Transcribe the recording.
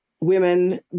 women